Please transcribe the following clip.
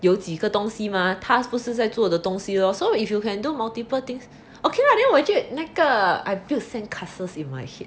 有几个东西吗 task 不是在做的东西 lor so if you can do multiple things okay lah then 我就那个 I built sand castles in my head